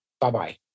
Bye-bye